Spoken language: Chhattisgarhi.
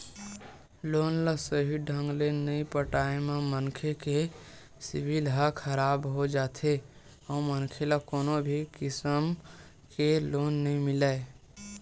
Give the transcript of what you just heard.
लोन ल सहीं ढंग ले नइ पटाए म मनखे के सिविल ह खराब हो जाथे अउ मनखे ल कोनो भी किसम के लोन नइ मिलय